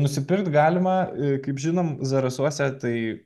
nusipirkt galima ir kaip žinome zarasuose tai